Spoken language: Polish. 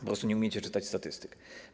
Po prostu nie umiecie czytać statystyk.